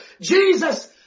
Jesus